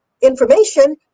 information